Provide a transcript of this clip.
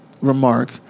Remark